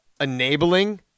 enabling